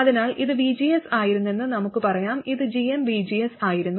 അതിനാൽ ഇത് vgs ആയിരുന്നെന്ന് നമുക്ക് പറയാം ഇത് gmvgs ആയിരുന്നു